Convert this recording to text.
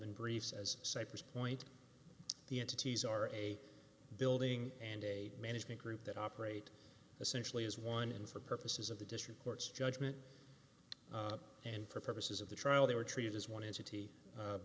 been briefed as cypress point the entities are a building and a management group that operate essentially as one and for purposes of the district court's judgment and for purposes of the trial they were treated as one entity